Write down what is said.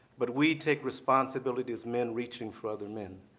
but we take responsibility as men reaching for other men.